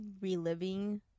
reliving